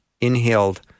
inhaled